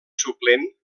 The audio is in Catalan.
suplent